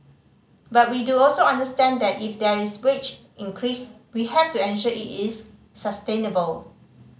but we do also understand that if there is wage increase we have to ensure it is sustainable